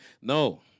no